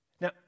Now